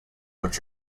which